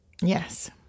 Yes